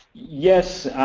yes.